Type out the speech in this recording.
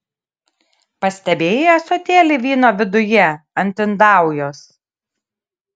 pastebėjai ąsotėlį vyno viduje ant indaujos